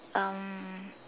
um